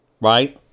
right